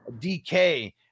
DK